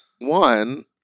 One